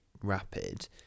Rapid